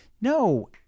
no